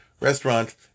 restaurant